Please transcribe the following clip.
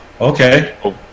Okay